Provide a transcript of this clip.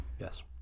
Yes